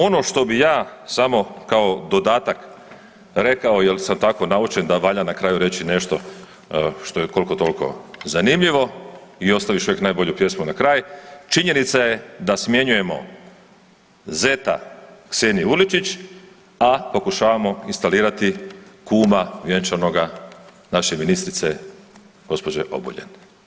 Ono što bi ja samo kao dodatak rekao jel sam tako naučen da valja na kraju reći nešto što je koliko toliko zanimljivo i ostaviš uvijek najbolju pjesmu na kraj, činjenica je da smjenjujemo zeta Ksenije Urličić, a pokušavamo instalirati kuma vjenčanoga naše ministrice gospođe Obuljen.